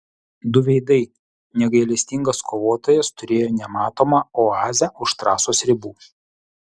du veidai negailestingas kovotojas turėjo nematomą oazę už trasos ribų